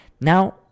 Now